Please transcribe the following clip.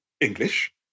English